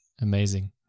amazing